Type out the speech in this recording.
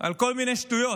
על כל מיני שטויות.